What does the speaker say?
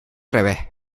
revés